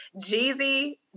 Jeezy